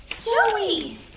Joey